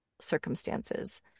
circumstances